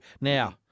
Now